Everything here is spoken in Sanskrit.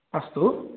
अस्तु